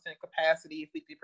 capacity